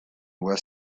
were